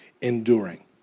enduring